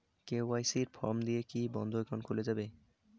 KYC form দিয়ে কি বন্ধ একাউন্ট খুলে যাবে?